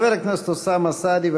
חבר הכנסת אוסאמה סעדי,